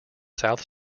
south